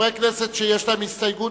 חברי כנסת שיש להם הסתייגות,